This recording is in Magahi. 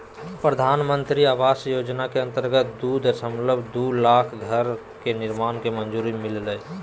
प्रधानमंत्री आवास योजना के अंतर्गत दू दशमलब दू लाख घर के निर्माण के मंजूरी मिललय